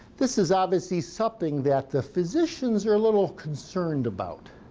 this is obviously something that the physicians are a little concerned about.